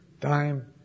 Time